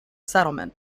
settlement